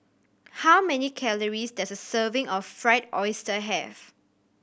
how many calories does a serving of Fried Oyster have